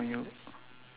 you have eleven